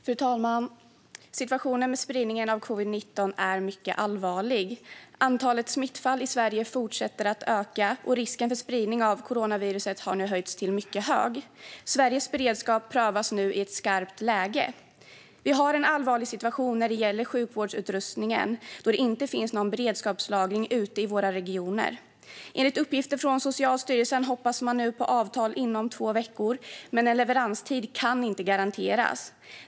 Fru talman! Situationen med spridningen av covid-19 är mycket allvarlig. Antalet smittade i Sverige fortsätter att öka, och risken för spridning av coronaviruset har nu höjts till mycket hög. Sveriges beredskap prövas nu i ett skarpt läge. Vi har en allvarlig situation när det gäller sjukvårdsutrustningen, då det inte finns några beredskapslager ute i våra regioner. Enligt uppgifter från Socialstyrelsen hoppas man nu på avtal inom två veckor, men en leveranstid kan inte garanteras.